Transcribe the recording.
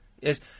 Yes